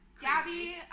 Gabby